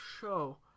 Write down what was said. show